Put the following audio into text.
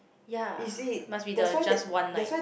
ya must be the just one night